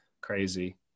crazy